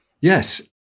Yes